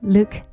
Look